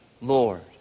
Lord